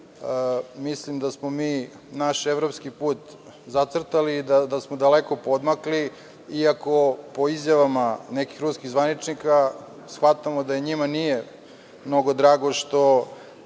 da smo mi naš evropski put zacrtali i da smo daleko poodmakli iako po izjavama nekih ruskih zvaničnika shvatamo da i njima nije mnogo drago što